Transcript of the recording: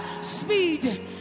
speed